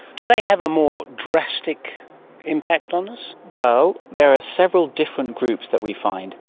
do they have a more drastic impact on us? well, there are several different groups that we find.